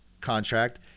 contract